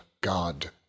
God